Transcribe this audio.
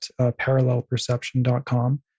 parallelperception.com